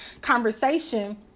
conversation